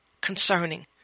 Concerning